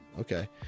okay